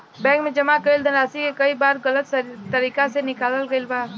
bank में जमा कईल धनराशि के कई बार गलत तरीका से निकालल गईल बा